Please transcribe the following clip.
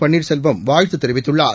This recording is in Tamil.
பன்னீர்செல்வம் வாழ்த்துதெரிவித்துள்ளார்